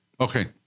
okay